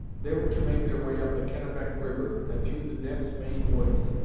they were to make their way up the kennebec river and through the dense maine woods.